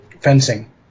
fencing